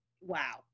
Wow